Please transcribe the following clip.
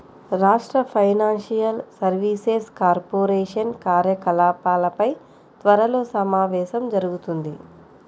రాష్ట్ర financial services corporation కార్యకలాపాలపై త్వరలో సమావేశం జరుగుతుంది